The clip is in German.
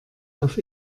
auf